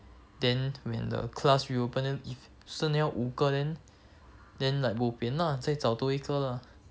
then when the class reopening then if 真要五个 then then like bo pian lah 再找多一个 lah